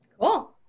Cool